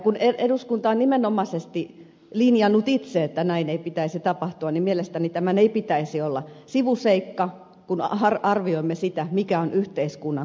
kun eduskunta on nimenomaisesti linjannut itse että näin ei pitäisi tapahtua niin mielestäni tämän ei pitäisi olla sivuseikka kun arvioimme sitä mikä on yhteiskunnan kokonaisetu